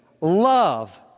love